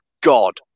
God